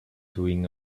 doing